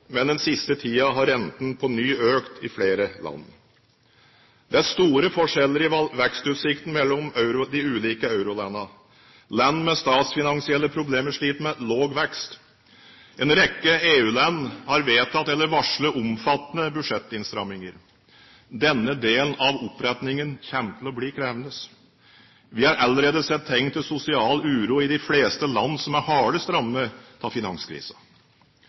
men den siste tiden har rentene på ny økt i flere land. Det er store forskjeller i vekstutsiktene mellom de ulike eurolandene. Land med statsfinansielle problemer sliter med lav vekst. En rekke EU-land har vedtatt eller varslet omfattende budsjettinnstramminger. Denne delen av opprettingen kommer til å bli krevende. Vi har allerede sett tegn til sosial uro i de fleste land som er hardest rammet av